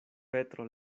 petro